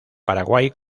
paraguay